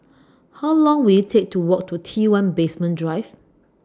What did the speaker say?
How Long Will IT Take to Walk to T one Basement Drive